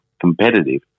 competitive